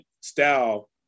style